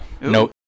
No